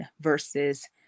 versus